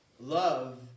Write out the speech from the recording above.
Love